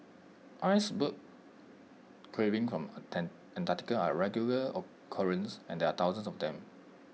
icebergs calving from Antarctica are A regular occurrence and there are thousands of them